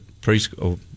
preschool